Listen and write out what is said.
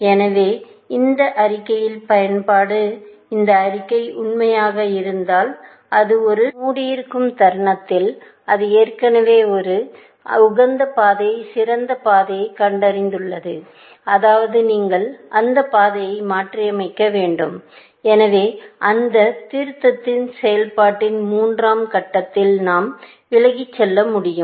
எனவே இந்த அறிக்கையின் பயன்பாடு இந்த அறிக்கை உண்மையாக இருந்தால் அது ஒரு நோடு மூடியிருக்கும் தருணத்தில் அது ஏற்கனவே ஒரு அதற்கான உகந்த பாதை சிறந்த பாதையைக் கண்டறிந்துள்ளது அதாவது நீங்கள் அந்த பாதையை மாற்றியமைக்க வேண்டும் எனவே அந்த திருத்தச் செயல்பாட்டின் மூன்றாம் கட்டதில் நாம் விலகிச் செல்ல முடியும்